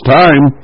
time